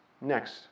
Next